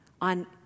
on